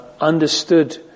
understood